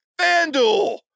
FanDuel